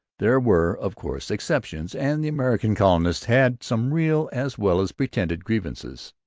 there were, of course, exceptions and the american colonists had some real as well as pretended grievances.